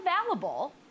available